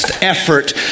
effort